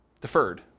deferred